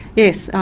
yes,